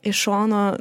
iš šono